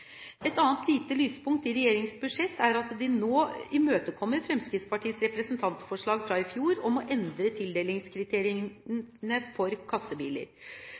Et annet lite lyspunkt i regjeringens budsjett er at de nå imøtekommer Fremskrittspartiets representantforslag fra i fjor om å endre tildelingskriteriene for kassebiler.